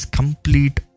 complete